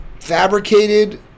fabricated